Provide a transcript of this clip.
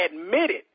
admitted